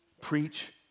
preach